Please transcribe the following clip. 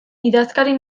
idazkari